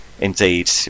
indeed